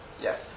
Yes